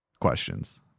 questions